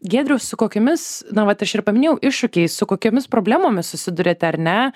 giedriau su kokiomis na vat aš ir paminėjau iššūkiais su kokiomis problemomis susiduriate ar ne